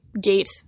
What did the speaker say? gate